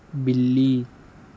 بلّی